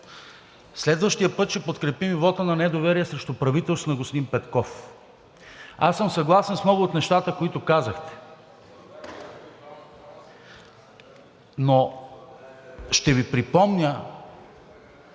Следващия път ще подкрепим и вота на недоверие срещу правителството на господин Петков. Аз съм съгласен с много от нещата, които казахте, но ще Ви припомня,